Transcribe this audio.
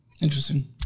Interesting